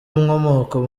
inkomoko